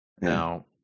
now